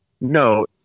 no